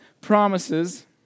promises